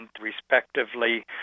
respectively